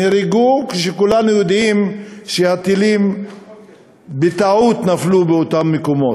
כשכולנו יודעים שהטילים בטעות נפלו באותם מקומות.